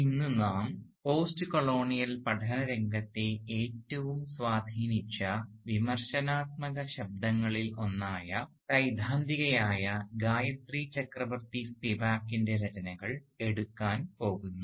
ഇന്ന് നാം post colonial പഠനരംഗത്തെ ഏറ്റവും സ്വാധീനിച്ച വിമർശനാത്മക ശബ്ദങ്ങളിൽ ഒന്നായ സൈദ്ധാന്തികയായ ഗായത്രി ചക്രവർത്തി സ്പിവാക്കിൻറെ രചനകൾ എടുക്കാൻ പോകുന്നു